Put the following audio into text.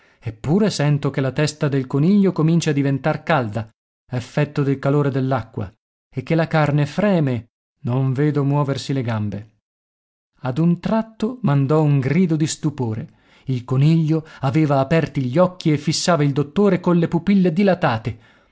eppure sento che la testa del coniglio comincia a diventar calda effetto del calore dell'acqua e che la carne freme non vedo muoversi le gambe ad un tratto mandò un grido di stupore il coniglio aveva aperti gli occhi e fissava il dottore colle pupille dilatate